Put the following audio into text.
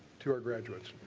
to our graduates.